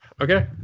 Okay